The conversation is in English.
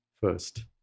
first